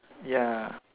ya